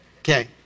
Okay